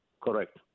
Correct